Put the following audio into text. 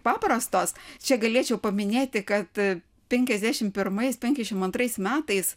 paprastos čia galėčiau paminėti kad penkiasdešimt pirmais penkiasdešimt antrais metais